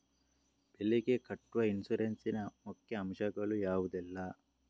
ಬೆಳೆಗೆ ಕಟ್ಟುವ ಇನ್ಸೂರೆನ್ಸ್ ನ ಮುಖ್ಯ ಅಂಶ ಗಳು ಯಾವುದೆಲ್ಲ?